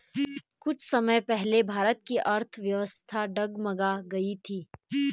कुछ समय पहले भारत की अर्थव्यवस्था डगमगा गयी थी